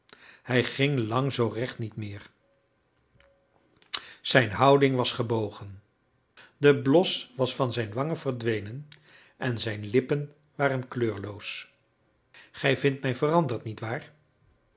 hij ging lang zoo recht niet meer zijn houding was gebogen de blos was van zijn wangen verdwenen en zijn lippen waren kleurloos gij vindt mij veranderd niet waar